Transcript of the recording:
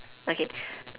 okay